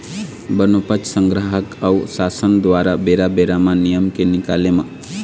बनोपज संग्राहक अऊ सासन दुवारा बेरा बेरा म नियम के निकाले म